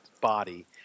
body